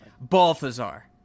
Balthazar